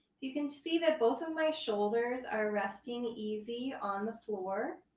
you can see that both of my shoulders are resting easy on the floor.